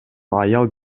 аял